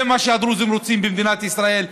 זה מה שהדרוזים רוצים במדינת ישראל,